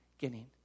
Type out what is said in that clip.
beginning